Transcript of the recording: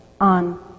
on